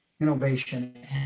innovation